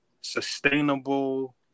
sustainable